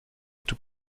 tout